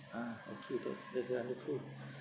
ah okay that's that's wonderful